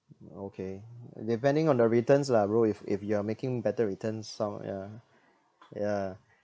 okay depending on the returns lah bro if if you are making better returns sound yeah yeah